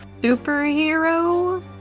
Superhero